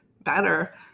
better